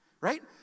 Right